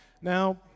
Now